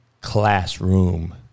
classroom